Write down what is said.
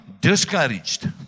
discouraged